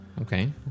Okay